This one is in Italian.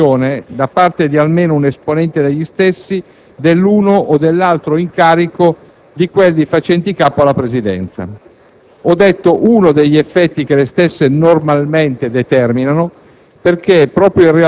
attraverso l'assunzione - da parte di almeno un esponente degli stessi - dell'uno o dell'altro incarico di quelli facenti capo alla Presidenza. Ho detto «uno degli effetti che le stesse normalmente determinano»